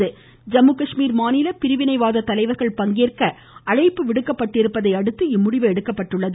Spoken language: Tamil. ஐம்முகாஷ்மீர் மாநில பிரிவினைவாத தலைவர்கள் பங்கேற்க அழைப்பு விடுக்கப்பட்டிருப்பதை அடுத்து இம்முடிவு எடுக்கப்பட்டுள்ளது